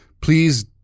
Please